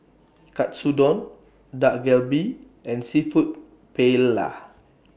Katsudon Dak Galbi and Seafood Paella